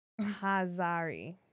Hazari